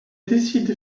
décide